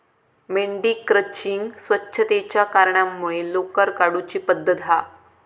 मेंढी क्रचिंग स्वच्छतेच्या कारणांमुळे लोकर काढुची पद्धत हा